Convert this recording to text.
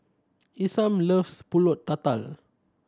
Isam loves Pulut Tatal